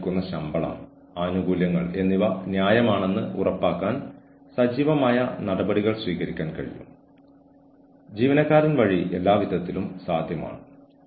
mentoring അതായത് ആളുകളെ പരിശീലിപ്പിക്കുക ഒരാൾ ഇരയാക്കപ്പെട്ടിട്ടുണ്ടെങ്കിൽ വ്യക്തിഗത ചികിത്സയും പിന്തുണയും നിരവധി ആളുകൾ ഇരകളാക്കപ്പെട്ടിട്ടുണ്ടെങ്കിൽ ഗ്രൂപ്പ് ട്രീറ്റ്മെന്റും സപ്പോർട്ടും സഹായിക്കും